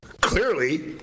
Clearly